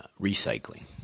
recycling